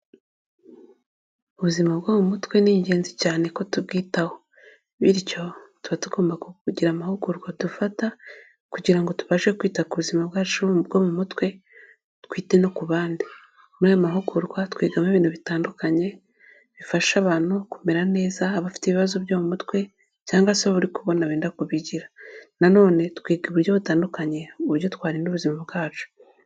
Ubuzima bwo mu mutwe, ni ingenzi cyane ko tubyitaho, bityo tuba tugomba kugira amahugurwa dufata, kugira ngo tubashe kwita ku buzima bwacu bwo mu mutwe, twite no ku bandi, muri aya mahugurwa twigamo ibintu bitandukanye, bifasha abantu kumera neza, abafite ibibazo byo mu mutwe, cyangwa se abo uri kubona benda kubigira, na none twiga uburyo butandukanye, uburyo twarinda ubuzima bwacu.